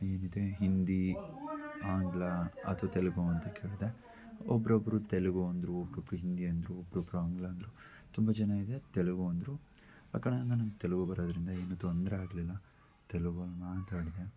ಏನಿದೆ ಹಿಂದಿ ಆಂಗ್ಲ ಅಥವಾ ತೆಲುಗು ಅಂತ ಕೇಳಿದೆ ಒಬ್ರೊಬ್ಬರು ತೆಲುಗು ಅಂದರು ಒಬ್ರೊಬ್ಬರು ಹಿಂದಿ ಅಂದರು ಒಬ್ರೊಬ್ಬರು ಆಂಗ್ಲ ಅಂದರು ತುಂಬ ಜನ ಏನಿದೆ ತೆಲುಗು ಅಂದರು ನನಗೆ ತೆಲುಗು ಬರೋದರಿಂದ ಏನೂ ತೊಂದರೆ ಅಗಲಿಲ್ಲ ತೆಲುಗು ಮಾತಾಡಿದೆ